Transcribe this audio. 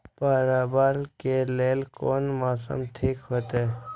परवल के लेल कोन मौसम ठीक होते?